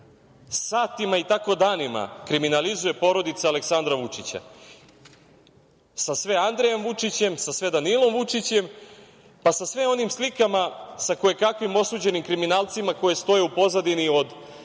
satima i tako danima kriminalizuje porodica Aleksandra Vučića sa sve Andrejem Vučićem, sa sve Danilom Vučićem, pa sa sve onim slikama sa kojekakvim osuđenim kriminalcima koji stoje u pozadini, koji